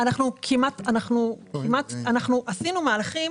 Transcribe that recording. עשינו מהלכים